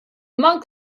monk